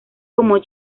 como